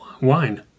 wine